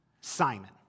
Simon